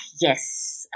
Yes